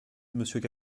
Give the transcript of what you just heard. monsieur